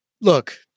look